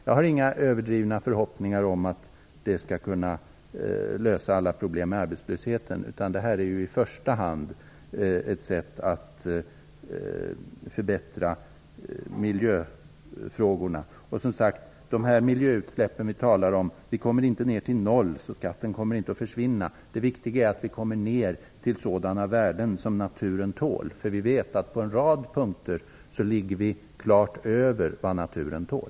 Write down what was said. Jag har inga överdrivna förhoppningar om att det skall kunna lösa alla problem med arbetslösheten. Detta är ju i första hand ett sätt att förbättra miljöfrågorna. När det gäller de miljöutsläpp vi talar om kommer vi inte ner till noll. Skatten kommer alltså inte att försvinna. Det viktiga är att vi kommer ner till värden som naturen tål. På en rad punkter ligger vi klart över vad naturen tål.